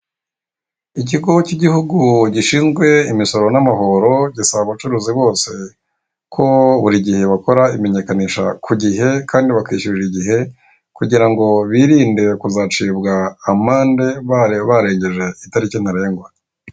Ikigo cy'igihugu gishinzwe imisoro n'amahoro, gisaba abacuruzi bose ko burigihe bakora imenyekanisha kugihe kandi bakishyurira igihe, kugira ngo birinde kuzacibwa amande barengeje itariki ntarengwa.